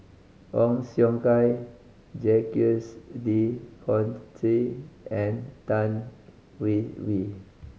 Ong Siong Kai Jacques De and Tan Hwee Hwee